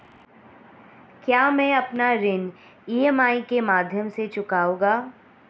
क्या मैं अपना ऋण ई.एम.आई के माध्यम से चुकाऊंगा?